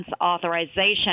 Authorization